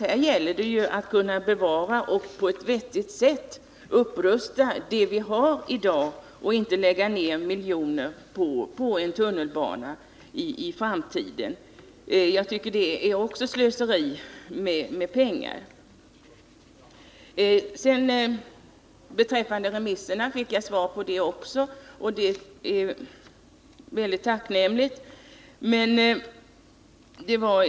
Här gäller det ju att kunna bevara och på ett vettigt sätt rusta upp det vi har i dag. Att lägga ner miljoner på en tunnelbana i framtiden tycker jag är slöseri med pengar. Beträffande remisserna fick jag också svar, och det är tacknämligt.